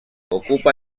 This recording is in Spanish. ocupa